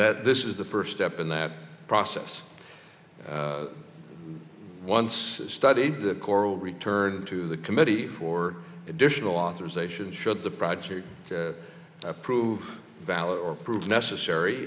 that this is the first step in that process once studied the coral returned to the committee for additional authorization should the project prove valid or prove necessary